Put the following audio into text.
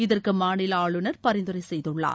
இதற்கு மாநில ஆளுநர் பரிந்துரை செய்துள்ளார்